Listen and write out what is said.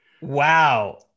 Wow